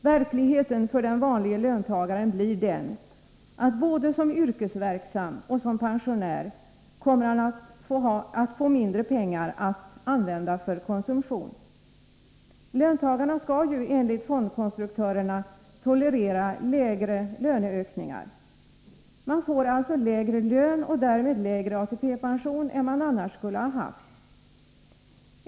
Verkligheten för den vanlige löntagaren blir den, att både som yrkesverksam och som pensionär kommer han att få mindre pengar att använda för konsumtion. Löntagarna skall ju enligt fondkonstruktörerna tolerera lägre löneökningar. Man får alltså lägre lön och därmed lägre ATP-pension än man annars skulle haft.